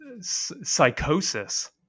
psychosis